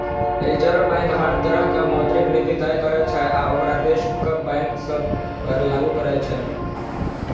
reserve bank हर तरहक मौद्रिक नीति तय करै छै आ ओकरा देशक बैंक सभ पर लागू करै छै